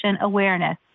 awareness